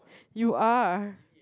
you are